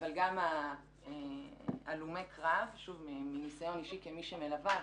אבל גם הלומי קרוב מניסיון אישי כמי שמלווה,